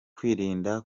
kwirinda